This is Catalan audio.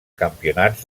campionats